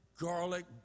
garlic